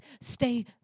stay